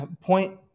Point